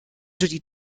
die